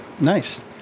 nice